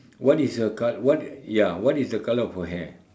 what is the col~ what ya what is the colour of her hair